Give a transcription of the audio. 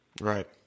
Right